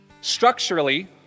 Structurally